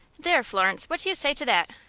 there, florence, what do you say to that?